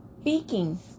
speaking